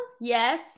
yes